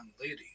lady